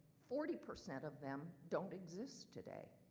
forty percent of them don't exist today.